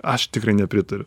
aš tikrai nepritariu